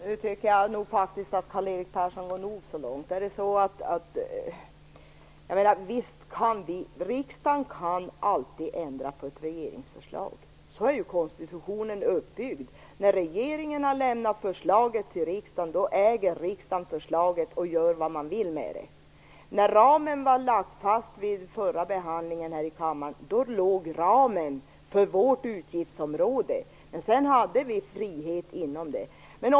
Fru talman! Nu tycker jag faktiskt att Karl-Erik Persson går nog så långt. Riksdagen kan alltid ändra på ett regeringsförslag. Så är konstitutionen uppbyggd. När regeringen har lämnat förslaget till riksdagen äger riksdagen förslaget och vad den vill med det. När ramen lades fast vid förra behandlingen här i kammaren fastställdes ramen för vårt utgiftsområde. Sedan hade vi frihet inom den.